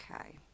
Okay